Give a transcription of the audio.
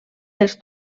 dels